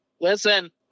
Listen